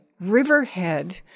riverhead